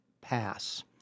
pass